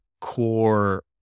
core